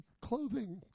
clothing